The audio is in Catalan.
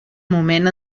moment